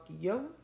yo